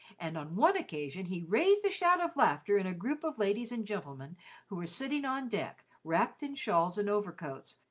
and on one occasion he raised a shout of laughter in a group of ladies and gentlemen who were sitting on deck, wrapped in shawls and overcoats,